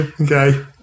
Okay